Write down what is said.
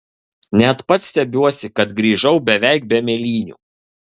net pats stebiuosi kad grįžau beveik be mėlynių